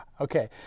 Okay